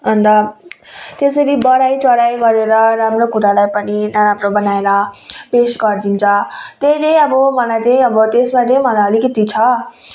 अन्त त्यसरी बढाइचढाइ गरेर राम्रो कुरालाई पनि नराम्रो बनाएर पेस गरिदिन्छ त्यही नै अब मलाई चाहिँ अब त्यसमा नै मलाई अलिकति छ